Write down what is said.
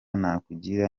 nakugira